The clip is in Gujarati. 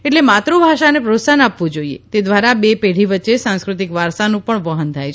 એટલે માતૃભાષાને પ્રોત્સાહન અપવું જોઈએ તે દ્વારા બે પેઢી વચ્ચે સાંસ્ક્રતિક વારસાનું પણ વહન થાય છે